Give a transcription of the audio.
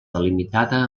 delimitada